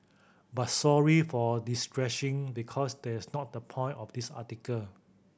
but sorry for distressing because that's not the point of this article